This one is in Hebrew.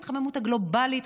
ההתחממות הגלובלית,